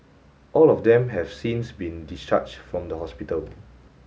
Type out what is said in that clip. all of them have since been discharged from the hospital